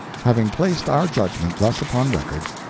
having placed our judgment thus upon record,